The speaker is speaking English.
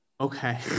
okay